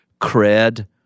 cred